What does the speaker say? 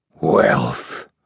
Wealth